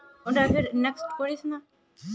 बंगाल आर उड़ीसा राज्यत चावलेर खेती सबस बेसी हछेक